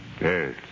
Yes